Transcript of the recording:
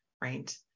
right